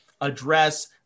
address